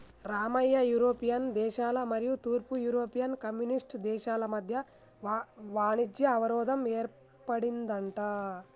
Ramayya European దేశాల మరియు తూర్పు యూరోపియన్ కమ్యూనిస్ట్ దేశాల మధ్య వాణిజ్య అవరోధం ఏర్పడిందంట